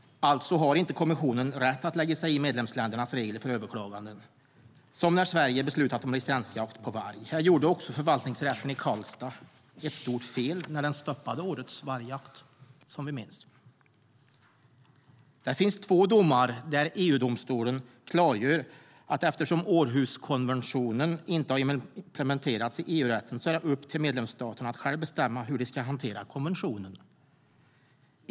Alltså har inte kommissionen rätt att lägga sig i medlemsländernas regler för överklaganden, som när Sverige beslutat om licensjakt på varg. Här gjorde också förvaltningsrätten i Karlstad ett stort fel när den stoppade årets vargjakt, som vi minns. Det finns två domar där EU-domstolen klargör att eftersom Århuskonventionen inte har implementerats i EU-rätten är det upp till medlemsstaterna att själva bestämma hur de ska hantera konventionen.